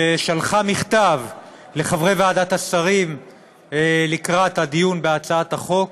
ששלחה מכתב לחברי ועדת השרים לקראת הדיון בהצעת החוק,